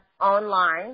online